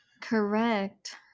Correct